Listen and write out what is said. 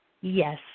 Yes